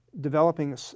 developing